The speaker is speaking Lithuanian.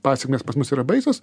pasekmės pas mus yra baisios